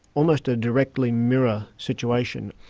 almost a directly mirror situation.